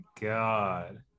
God